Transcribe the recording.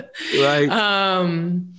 Right